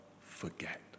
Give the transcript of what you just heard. forget